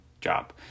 job